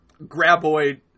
Graboid